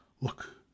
Look